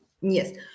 Yes